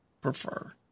prefer